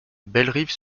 bellerive